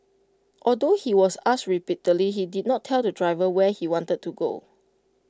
although he was asked repeatedly he did not tell the driver where he wanted to go